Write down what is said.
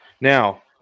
Now